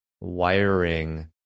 wiring